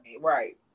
Right